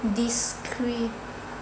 discri~